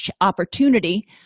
opportunity